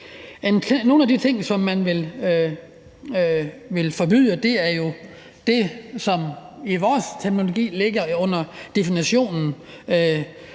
Nogle af de ting, som man vil forbyde, er jo det, som i vores terminologi ligger under definitionen